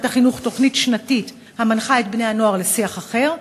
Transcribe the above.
החינוך תוכנית שנתית המנחה את בני-הנוער לשיח אחר?